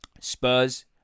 Spurs